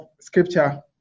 scripture